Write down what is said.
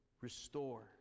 restore